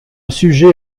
sujet